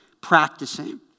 practicing